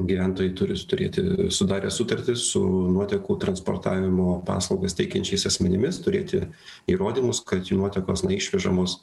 gyventojai turi turėti sudarę sutartį su nuotekų transportavimo paslaugas teikiančiais asmenimis turėti įrodymus kad jų nuotekos neišvežamos